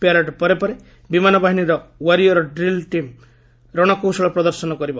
parade ପରେ ପରେ ବିମାନବାହିନୀର ୱାରିୟର ଡ୍ରିଲ ଟିମ୍ ରଣକୌଶଳ ପ୍ରଦର୍ଶନ କରିବ